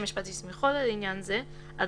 המשפט הסמיכו לעניין זה (להלן יושב הראש המוסמך),